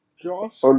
Josh